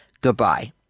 Goodbye